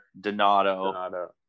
Donato